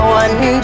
one